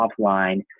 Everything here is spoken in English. offline